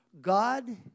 God